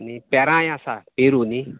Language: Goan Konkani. आनी पेराय आसा पेरू न्ही